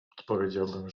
odpowiedziałbym